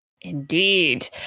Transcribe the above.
Indeed